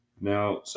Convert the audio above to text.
Now